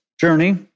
journey